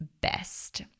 best